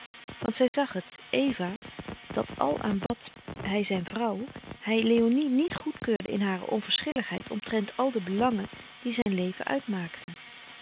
want zij zag het eva dat al aanbad hij zijn vrouw hij léonie niet goedkeurde in hare onverschilligheid omtrent al de belangen die zijn leven